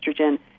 estrogen